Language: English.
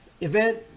event